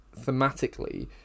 thematically